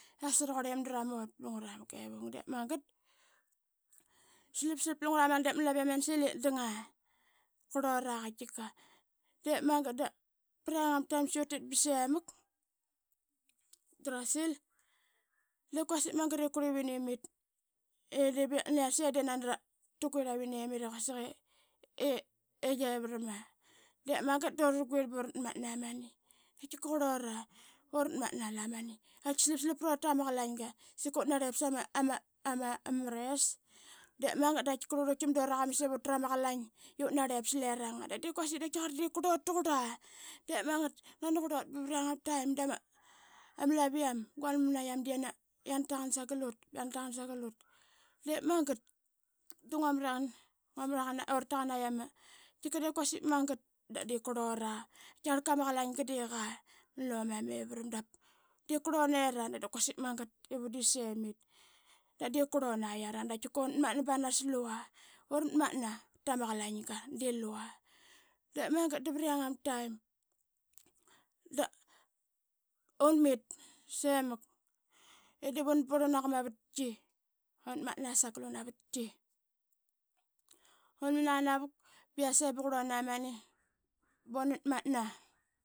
Qasa raqurle madu ramut palungra ma kevung de magat de ma laviam yansil ip qurlivin imit. I nani ra guirl avin nemit i quasik i vin yane. De magat. durarl guirl burat matna imani da qaitkika qurlura durat matna mani i slap slap prut tama qalaga. Sika uranarlip sama mres da rluirluit tam dura qama irutra ma qalain pat liranga da dip kuasik de diip kurlut taqurla. De magat da nani qurlut ba vrianag ama taim dama laviam guanman maniam i yang tagan sagat ut. Diip magat da urat tagan bra yama. qaitkik de kuasik magat da de kurlura i qaitkaqarlka ma qalainga de ga man luma mevaram dap diip kurlunira dap quasik magat ip undit semit. Dap diip qurlun ayara dunat matna banas lua yara. Urat manta tama qalai ga de luva. Dep magat da vriang ama taim dunmit semak ip luna purl unaq a mavatki. ungae martkai dunman anavuk ba yase da qurlun aman bunat matna.